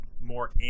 more